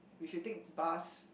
we should take bus